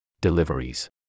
Deliveries